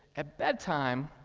at bedtime,